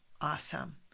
awesome